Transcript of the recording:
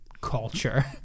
culture